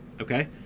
Okay